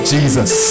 Jesus